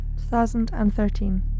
2013